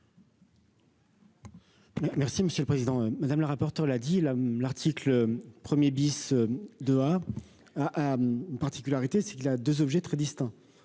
Merci monsieur le président, madame la rapporteure là dit là, l'article 1er bis de a une particularité, c'est qu'il a 2 objets très distincts,